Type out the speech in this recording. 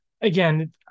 again